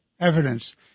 evidence